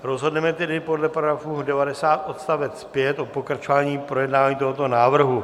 Rozhodneme tedy podle § 90 odst. 5 o pokračování projednávání tohoto návrhu.